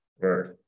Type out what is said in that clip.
right